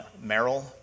Merrill